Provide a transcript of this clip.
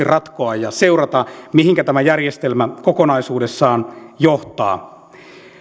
ratkoa ja seurata mihinkä tämä järjestelmä kokonaisuudessaan johtaa